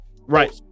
Right